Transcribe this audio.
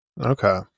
Okay